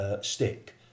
stick